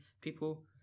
people